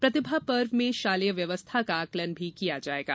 प्रतिभा पर्व में शालेय व्यवस्था का आकलन भी किया जाएगा